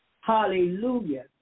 Hallelujah